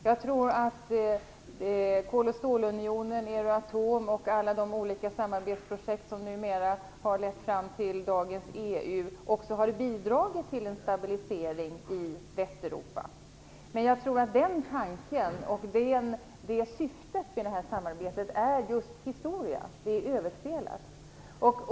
Jag tror att Kol och stålunionen, Euratom och alla de olika samarbetsprojekt som har lett fram till dagens EU också har bidragit till en stabilisering i Västeuropa. Men jag tror att den tanken och syftet med det samarbetet är just historia. Det är överspelat.